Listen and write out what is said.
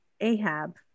Ahab